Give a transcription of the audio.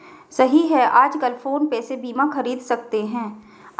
सही है आजकल फ़ोन पे से बीमा ख़रीद सकते हैं